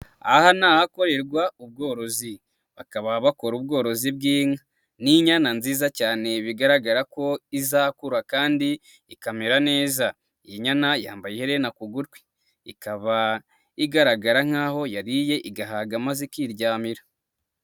Aha ni ahakorerwa ubworozi, bakaba bakora ubworozi bw'inka, ni inyana nziza cyane bigaragara ko izakura kandi ikamera neza, iyi nyana yambaye iherena ku gutwi, ikaba igaragara nk'aho yariye igahaga maze ikiryamira.